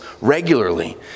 regularly